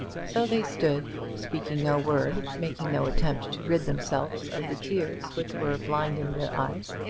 so they stood, speaking no word, making no attempt to rid themselves of the tears which were blinding their eyes,